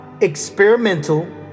Experimental